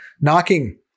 knocking